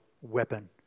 weapon